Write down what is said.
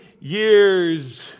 years